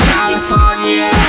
California